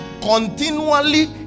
continually